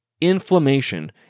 inflammation